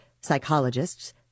psychologists